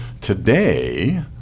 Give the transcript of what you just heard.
today